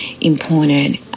important